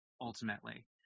ultimately